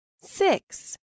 Six